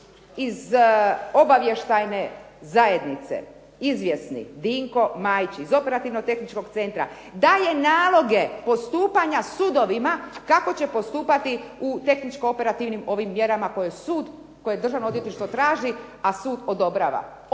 iz obavještajne zajednice izvjesni Dinko Majić iz Operativno-tehničkog centra daje naloge postupanja sudovima kako će postupati u tehničko-operativnim mjerama koje Državno odvjetništvo traži a sud odobrava.